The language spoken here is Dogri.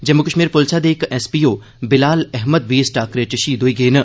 जम्मू कश्मीर पुलसै दे इक S P O Bilal Ahmad बी इस टाक्करे च शहीद होई गे न